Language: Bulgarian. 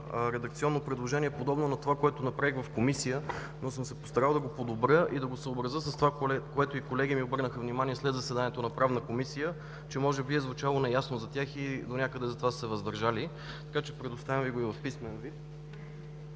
редакционно предложение, подобно на това, което направих в Комисията, но съм се постарал да го подобря и да го съобразя с това, за което и колеги ми обърнаха внимание след заседанието на Правната комисия, че може би е звучало неясно за тях и донякъде затова са се въздържали. Предоставям Ви го и в писмен вид